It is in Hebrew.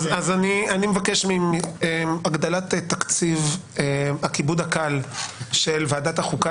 אני מבקש הגדלת תקציב הכיבוד הקל של ועדת החוקה